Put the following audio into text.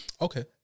Okay